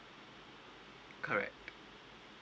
correct